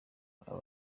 aba